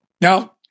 Now